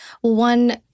One